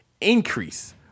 increase